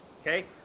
Okay